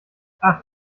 ach